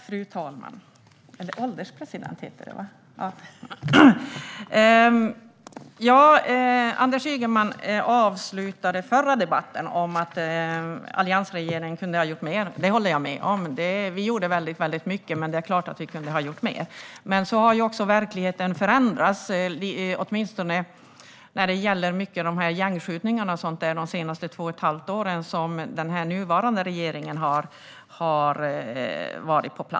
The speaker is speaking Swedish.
Fru ålderspresident! Anders Ygeman avslutade den förra debatten med att alliansregeringen kunde ha gjort mer - det håller jag med om. Vi gjorde väldigt mycket, men det är klart att vi kunde ha gjort mer. Men verkligheten har också förändrats de senaste två och ett halvt åren, då den nuvarande regeringen har varit på plats, åtminstone när det gäller till exempel gängskjutningar.